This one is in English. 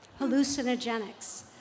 hallucinogenics